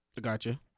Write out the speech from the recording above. gotcha